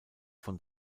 von